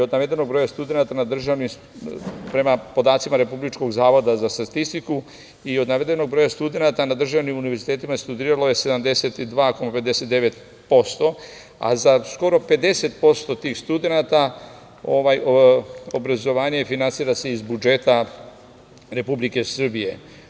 Od navedenog broja studenata prema podacima Republičkog zavoda za statistiku, i od navedenog broja studenata na državnim univerzitetima studiralo je 72,59%, a za skoro 50% tih studenata obrazovanje se finansira iz budžeta Republike Srbije.